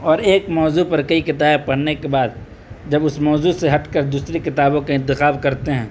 اور ایک موضوع پر کئی کتابیں پرھنے کے بعد جب اس موضوع سے ہٹ کر دوسری کتابوں کا انتخاب کرتے ہیں